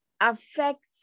affects